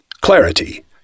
clarity